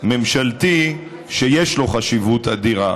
ממשלתי שיש לו חשיבות אדירה.